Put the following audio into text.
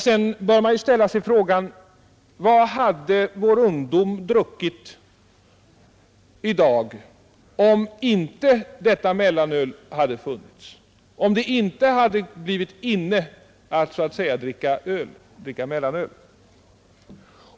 Sedan bör man ställa sig frågan: Vad hade vår ungdom druckit i dag om inte detta mellanöl hade funnits, om det inte hade blivit ”inne” att dricka mellanöl?